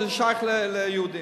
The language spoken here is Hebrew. שזה שייך ליהודים,